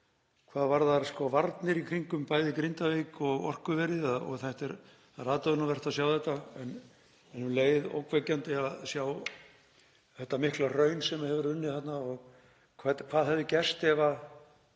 hvað varðar varnir í kringum bæði Grindavík og orkuverið. Það er aðdáunarvert að sjá þetta en um leið ógnvekjandi að sjá þetta mikla hraun sem hefur runnið þarna og hvað hefði gerst ef